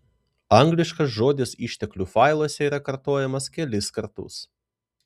angliškas žodis išteklių failuose yra kartojamas kelis kartus